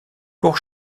pour